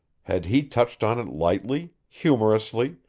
had he touched on it lightly, humorously,